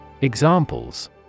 Examples